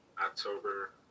October